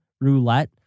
roulette